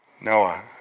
Noah